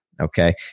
okay